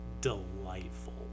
delightful